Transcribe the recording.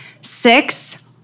six